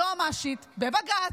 היועמ"שית, בבג"ץ,